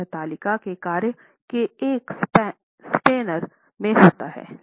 यह तालिका के कार्य के एक स्पैनर में होता है